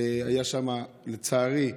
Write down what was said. לצערי,